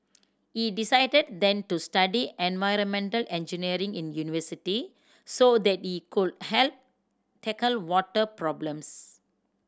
he decided then to study environmental engineering in university so that he could help tackle water problems